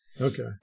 Okay